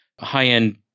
high-end